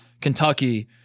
Kentucky